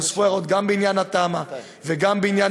נוספו הערות גם בעניין התמ"א וגם בעניין